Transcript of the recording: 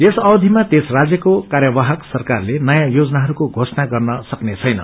यस अवधिमा त्यस राज्यको कार्यवाहक सरकारले नयाँ योजनाहरूको घोषणा गर्न सक्ने छैन